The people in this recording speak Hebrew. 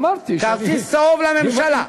אמרתי שאני, כרטיס צהוב לממשלה.